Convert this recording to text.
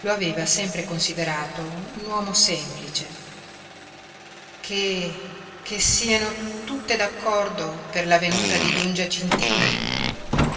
lo aveva sempre considerato un uomo semplice che che sieno tutte d'accordo per la venuta di don giacintino